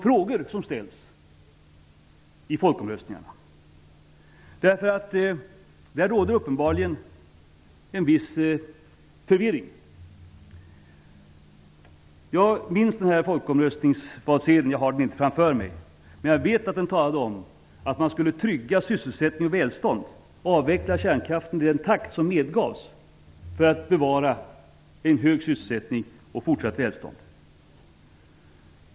Jag ställer frågan därför att där råder uppenbarligen en viss förvirring. Jag har inte folkomröstningsvalsedeln framför mig, men jag vet att på den talades det om att trygga sysselsättning och välfärd, att avveckla kärnkraften i den takt som medgavs för att bevara en hög sysselsättning och fortsatt välfärd.